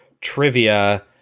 trivia